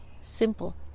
Simple